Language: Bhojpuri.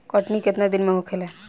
कटनी केतना दिन में होखेला?